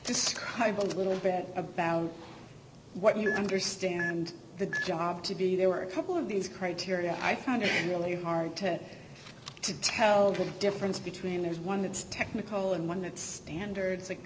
describe a little bit about what you understand the job to be there were a couple of these criteria i found it really hard to tell the difference between one it's technical and one it's standards like